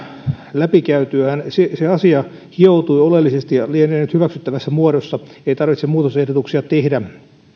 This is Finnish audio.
läpikäytyään se asia hioutui oleellisesti ja lienee nyt hyväksyttävässä muodossa ei tarvitse muutosehdotuksia tehdä